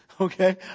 Okay